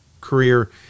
career